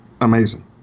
amazing